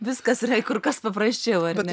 viskas yra kur kas paprasčiau ar ne